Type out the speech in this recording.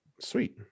Sweet